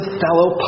fellow